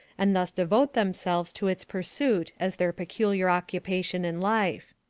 and thus devote themselves to its pursuit as their particular occupation in life.